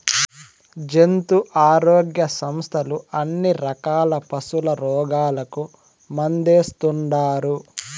జంతు ఆరోగ్య సంస్థలు అన్ని రకాల పశుల రోగాలకు మందేస్తుండారు